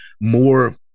more